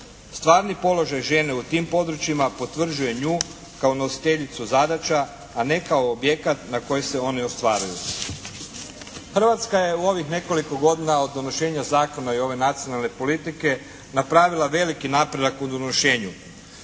Stvarni položaj žene u tim područjima potvrđuje nju kao nositeljicu zadaća a ne kao objekat na koji se oni ostvaruju. Hrvatska je u ovih nekoliko godina od donošenja zakona i ove nacionalne politike napravila veliki napredak u donošenju